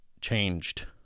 changed